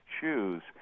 choose